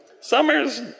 Summers